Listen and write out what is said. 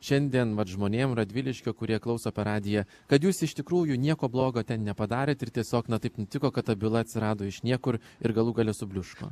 šiandien vat žmonėm radviliškio kurie klauso per radiją kad jūs iš tikrųjų nieko blogo nepadarėt ir tiesiog na taip nutiko kad ta byla atsirado iš niekur ir galų gale subliūško